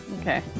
okay